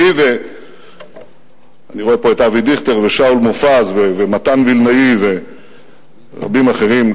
אני רואה פה את אבי דיכטר ושאול מופז ומתן וילנאי ורבים אחרים,